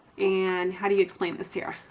and how do you explain this sierra?